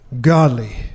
godly